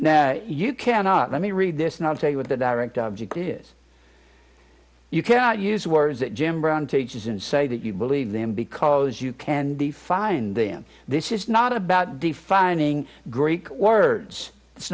now you cannot let me read this and i'll tell you what the direct object is you cannot use words that jim brown teaches and say that you believe them because you can define them this is not about defining greek words it's